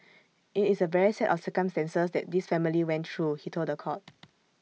IT is A very sad set of circumstances that this family went through he told The Court